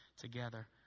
together